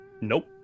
Nope